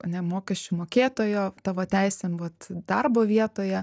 a ne mokesčių mokėtojo tavo teisėm vat darbo vietoje